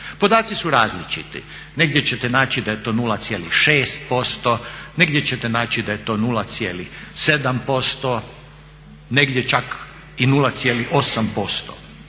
Podaci su različiti. Negdje ćete naći da je to 0,6%, negdje ćete naći da je to 0,7%, negdje čak i 0,8%.